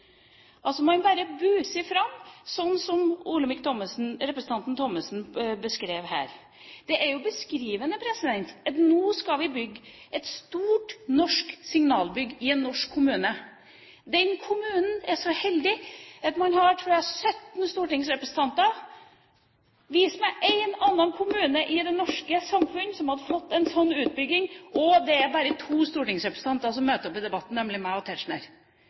Man bare buser fram, som representanten Thommessen beskrev her. Det er beskrivende at vi nå skal bygge et stort norsk signalbygg i en norsk kommune. Den kommunen er så heldig at den har, tror jeg, 17 stortingsrepresentanter. Vis meg én annen kommune i det norske samfunn som hadde fått en sånn utbygging og bare to av 17 stortingsrepresentanter hadde møtt opp til debatten! Det er Tetzschner og